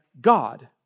God